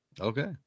Okay